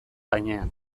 gainean